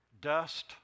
Dust